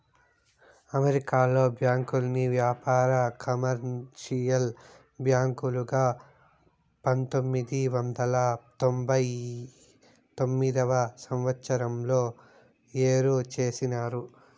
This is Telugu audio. అమెరికాలో బ్యాంకుల్ని వ్యాపార, కమర్షియల్ బ్యాంకులుగా పంతొమ్మిది వందల తొంభై తొమ్మిదవ సంవచ్చరంలో ఏరు చేసినారు